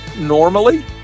normally